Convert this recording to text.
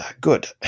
Good